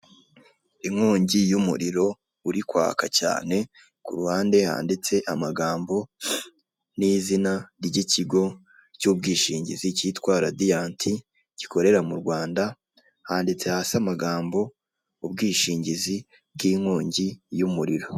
Inkongi y'umuriro uri kwaka cyane k'uruhande handitse amagambo n'izina ry'ikigo cy'ubwishingizi cyitwa radiyanti gikorera mu Rwanda handitse hasi amagambo ubwishingizi bw'inkongi y'umuriro.